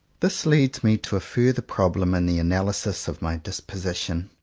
this leads me to a further problem in the analysis of my disposition.